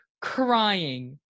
crying